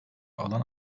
alan